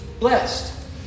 blessed